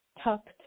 tucked